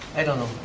i don't know.